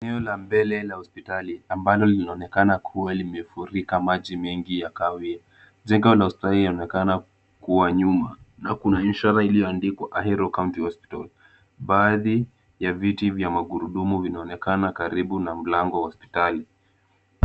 Eneo la mbele la hospitali ambalo linaonekana kuwa limefurika maji mengi ya kahawia. Jengo la hospitali linaonekana kuwa nyuma na kuna ishara iliyoandikwa Ahero County Hospital. Baadhi ya viti vya magurudumu vinaonekana karibu na mlango wa hospitali.